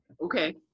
Okay